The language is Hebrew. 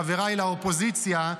חבריי לאופוזיציה,